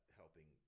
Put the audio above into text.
helping